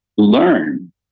learn